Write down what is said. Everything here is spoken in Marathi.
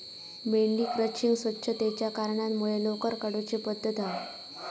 मेंढी क्रचिंग स्वच्छतेच्या कारणांमुळे लोकर काढुची पद्धत हा